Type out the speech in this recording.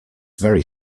very